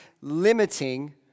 limiting